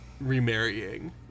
remarrying